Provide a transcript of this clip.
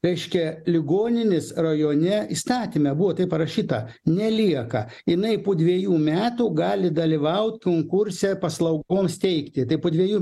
reiškia ligoninės rajone įstatyme buvo taip parašyta nelieka jinai po dviejų metų gali dalyvaut konkurse paslaugoms teikti tai po dviejų